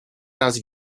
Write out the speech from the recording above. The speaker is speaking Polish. raz